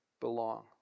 belong